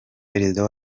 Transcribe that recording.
perezida